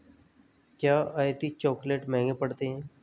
क्या आयातित चॉकलेट महंगे पड़ते हैं?